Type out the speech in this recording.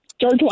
George